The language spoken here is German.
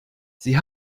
sie